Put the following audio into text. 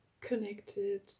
connected